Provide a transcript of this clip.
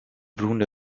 runde